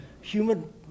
human